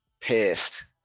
pissed